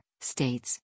states